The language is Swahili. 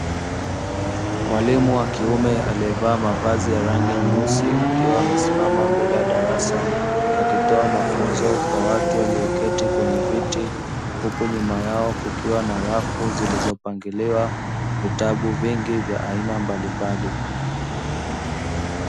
Mwalimu wa kiume aliyevaa mavazi yenye rangi nyeusi akiwa amesimama mbele ya darasa akitoa mafunzo. kwa watu walioketi kwenye viti huku nyuma yao kukiwa na rafu zilizo pangiliwa vitabu vingi vya aina mbalimbali .